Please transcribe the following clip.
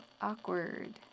awkward